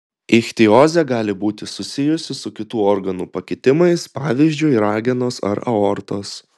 ichtiozė gali būti susijusi su kitų organų pakitimais pavyzdžiui ragenos ar aortos